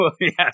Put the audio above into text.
yes